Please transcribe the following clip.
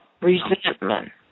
Resentment